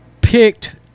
picked